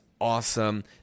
awesome